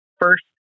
first